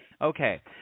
okay